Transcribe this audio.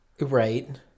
Right